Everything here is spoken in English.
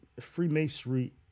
Freemasonry